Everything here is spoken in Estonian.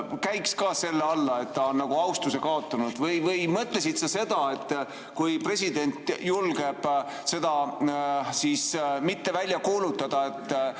käiks ka selle alla, et ta on nagu austuse kaotanud? Või mõtlesid sa seda, et kui president julgeb seda mitte välja kuulutada,